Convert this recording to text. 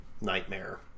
nightmare